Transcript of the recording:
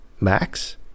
Max